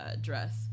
dress